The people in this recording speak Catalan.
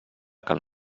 cal